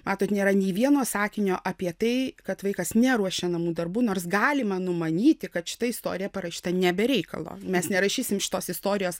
matot nėra nei vieno sakinio apie tai kad vaikas neruošia namų darbų nors galima numanyti kad šita istorija parašyta ne be reikalo mes nerašysim šitos istorijos